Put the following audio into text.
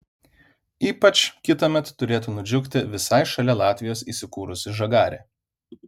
ypač kitąmet turėtų nudžiugti visai šalia latvijos įsikūrusi žagarė